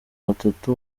batatu